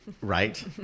right